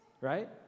right